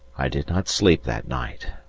i did not sleep that night,